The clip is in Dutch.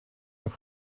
een